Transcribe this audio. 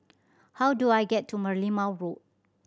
how do I get to Merlimau Road